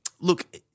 Look